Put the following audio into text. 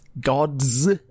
gods